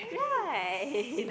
right